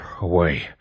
away